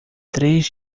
três